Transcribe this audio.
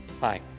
Hi